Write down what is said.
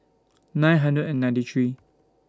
nine hundred and ninety three